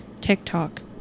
TikTok